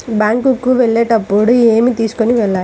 Bank కు వెళ్ళేటప్పుడు ఏమి తీసుకొని వెళ్ళాలి?